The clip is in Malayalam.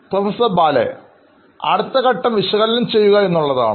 പ്രൊഫസർ ബാലഅടുത്ത ഘട്ടം വിശകലനം ചെയ്യുക എന്നുള്ളതാണ്